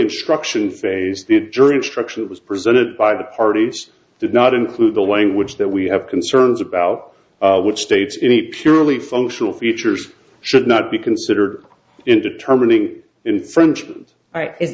instruction phase the jury instruction was presented by the parties did not include the language that we have concerns about which states in a purely functional features should not be considered in determining infringement